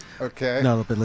okay